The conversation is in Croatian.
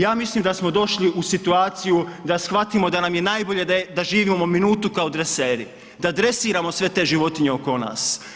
Ja mislim da smo došli u situaciju da shvatimo da nam je najbolje da živimo minutu kao dreseri, da dresiramo sve te životinje oko nas.